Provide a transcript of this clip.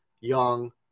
Young